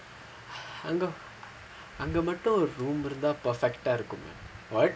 அங்க அங்க மட்டும் ஒரு:anga anga mattum oru room இருந்தா:irunthaa perfect ah இருக்கும்:irukkum [what]